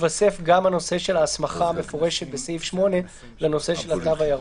יתווסף גם הנושא של ההסמכה המפורשת בסעיף 8 לנושא של התו הירוק.